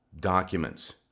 documents